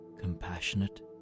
compassionate